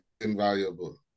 invaluable